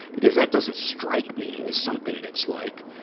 because that doesn't strike me as something that's, like,